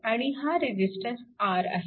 आणि हा resistance R आहे